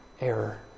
error